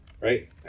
right